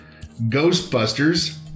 Ghostbusters